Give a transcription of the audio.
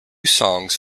songs